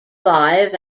live